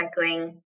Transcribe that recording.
recycling